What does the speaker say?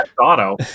auto